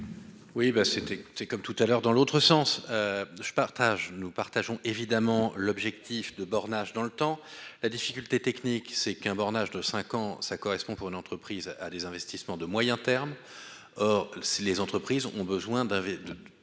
c'est comme tout à l'heure dans l'autre sens, je partage nous partageons évidemment l'objectif de bornage dans le temps, la difficulté technique, c'est qu'un bornage de 5 ans ça correspond pour une entreprise à des investissements de moyen terme, or, les entreprises ont besoin